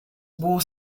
war